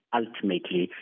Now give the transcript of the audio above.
ultimately